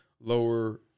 lower